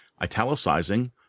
italicizing